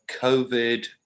COVID